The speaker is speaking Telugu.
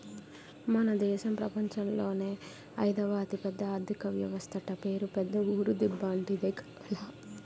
మన దేశం ప్రపంచంలోనే అయిదవ అతిపెద్ద ఆర్థిక వ్యవస్థట పేరు పెద్ద ఊరు దిబ్బ అంటే ఇదే కావాల